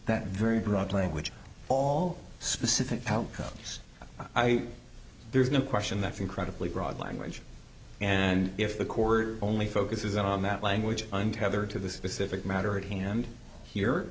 that very broad language all specific help comes i there's no question that incredibly broad language and if the court only focuses on that language i'm tethered to the specific matter at hand here